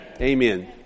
Amen